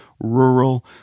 rural